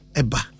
eba